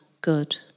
good